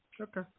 Okay